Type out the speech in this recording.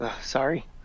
Sorry